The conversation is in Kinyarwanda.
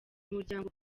umuryango